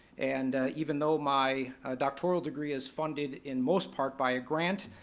and even though my doctoral degree is funded in most part by a grant,